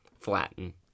flatten